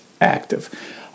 active